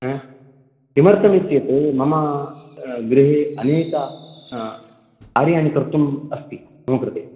हा किमर्थम् इत्युक्तौ मम गृहे अनेकाः कार्याणि कर्तुम् अस्ति मम कृते